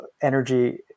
energy